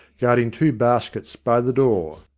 guarding two baskets by the door.